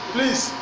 Please